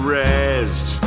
rest